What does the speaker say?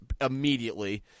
immediately